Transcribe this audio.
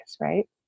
right